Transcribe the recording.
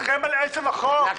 תילחם על עצם החוק,